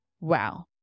Wow